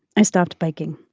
i stopped baking.